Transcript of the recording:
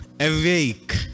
awake